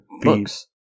books